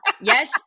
yes